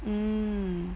mm